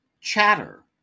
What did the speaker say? Chatter